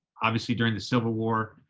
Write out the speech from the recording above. obviously during the civil war,